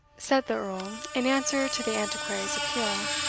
said the earl, in answer to the antiquary's appeal.